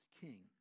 King